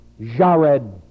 Jared